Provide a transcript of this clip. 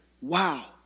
wow